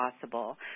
possible